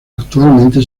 actualmente